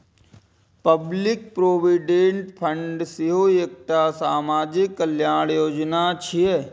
public provident fund सेहो एकटा सामाजिक कल्याण योजना छियै